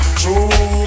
true